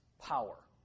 power